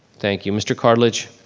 thank you. mr. cartlidge.